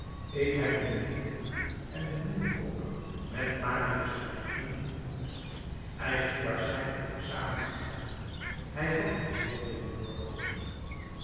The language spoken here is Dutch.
ik heb een nieuwen hoed en een nieuwen rok met marius er in ontmoet hij ging waarschijnlijk een examen afleggen hij had een zeer dom voorkomen